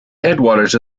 headwaters